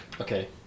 Okay